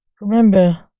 Remember